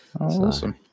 awesome